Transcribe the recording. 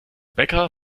bäcker